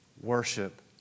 Worship